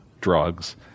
drugs